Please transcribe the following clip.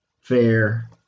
fair